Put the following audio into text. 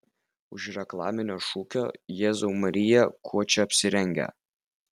už reklaminio šūkio jėzau marija kuo čia apsirengę